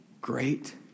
great